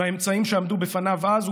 באמצעים שעמדו לרשותו אז,